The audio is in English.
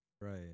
Right